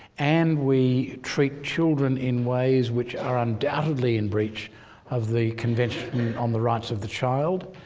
and we treat children in ways which are undoubtedly in breach of the convention on the rights of the child,